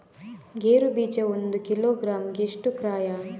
ಗೇರು ಬೀಜ ಒಂದು ಕಿಲೋಗ್ರಾಂ ಗೆ ಎಷ್ಟು ಕ್ರಯ?